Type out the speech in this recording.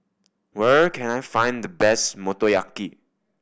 where can I find the best Motoyaki